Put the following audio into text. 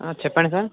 చెప్పండి సార్